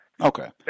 okay